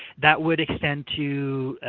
that would extend to.